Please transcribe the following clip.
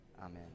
Amen